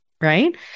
right